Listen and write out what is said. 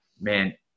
man